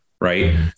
right